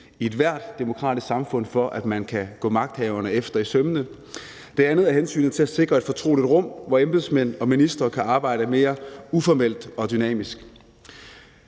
i ethvert demokratisk samfund, for at man kan gå magthaverne efter i sømmene. Det andet er hensynet til at sikre et fortroligt rum, hvor embedsmænd og ministre kan arbejde mere uformelt og dynamisk.